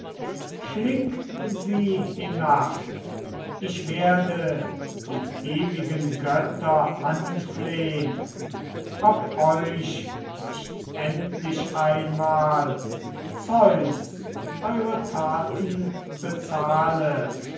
schlingt sie hinab ich werde die ewigen götter anflehn ob euch nicht endlich einmal zeus eure taten bezahle